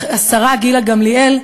והשרה גילה גמליאל,